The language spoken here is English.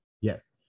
yes